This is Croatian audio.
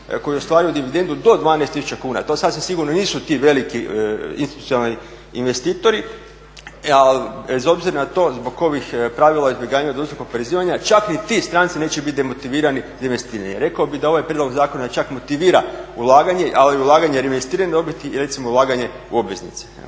koji ostvaruju dividendu do 12 000 kuna. To sasvim sigurno nisu ti veliki institucionalni investitori, ali bez obzira na to zbog ovih pravila o izbjegavanju dvostrukog oporezivanja čak ni ti stranci neće biti demotivirani za investiranje. Rekao bh da ovaj prijedlog zakona čak motivira ulaganje, ali ulaganje reinvestirane dobiti i recimo ulaganje u obveznice.